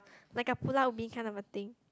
like a Pulau-Ubin kind of a thing